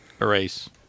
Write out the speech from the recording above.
erase